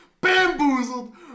bamboozled